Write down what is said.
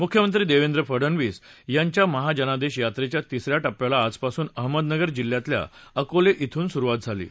मुख्यमंत्री देवेंद्र फडनवीस यांच्या महाजनादेश यात्रेच्या तिसऱ्या टप्प्याला आजपासून अहमदनगर जिल्ह्यातल्या अकोले श्रिन सुरूवात होत आहे